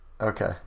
okay